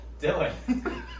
Dylan